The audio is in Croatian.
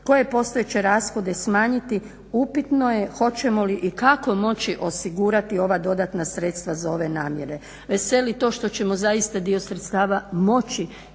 koje postojeće rashode smanjiti upitno je hoćemo li i kako moći osigurati ova dodatna sredstva za ove namjere. Veseli to što ćemo zaista dio sredstava moći